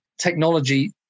technology